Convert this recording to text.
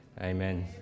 Amen